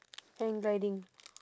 hand gliding